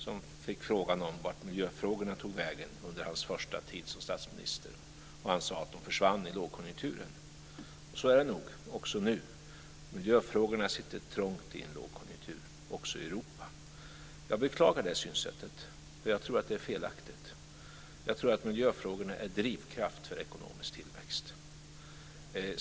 Han fick frågan om vart miljöfrågorna tog vägen under hans första tid som statsminister. Han sade att de försvann i lågkonjunkturen. Så är det nog också nu. Miljöfrågorna sitter trångt i en lågkonjunktur också i Europa. Jag beklagar det synsättet. Jag tror att det är felaktigt. Jag tror att miljöfrågorna är en drivkraft för ekonomisk tillväxt.